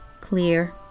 clear